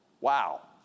Wow